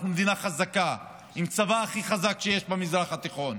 אנחנו מדינה חזקה עם הצבא הכי חזק שיש במזרח התיכון,